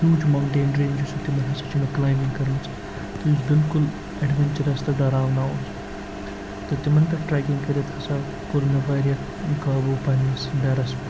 huge mountain range یُس چھُ تِمن ہسا چھُ مےٚ کٕلایمبِنگ کٔرمٕژ تہٕ یُس بالکُل اٮ۪ڈونچرس تہٕ ڈَراونا اوس تہٕ تِمن پٮ۪ٹھ ٹریکِنگ کٔرِتھ ہسا کوٚر مےٚ وارِیاہ قابوٗ پَنٛنِس ڈرس پٮ۪ٹھ